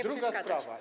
Druga sprawa.